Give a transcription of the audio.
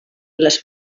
les